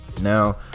Now